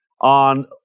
on